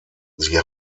sie